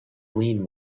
lean